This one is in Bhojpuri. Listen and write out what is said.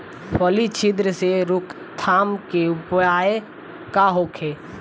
फली छिद्र से रोकथाम के उपाय का होखे?